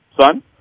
son